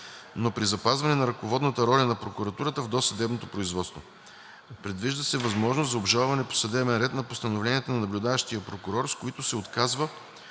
но при запазване на ръководната роля на прокуратурата в досъдебното производство. Предвижда се възможност за обжалване по съдебен ред на постановленията на наблюдаващия прокурор, с които се отказва